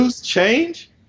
change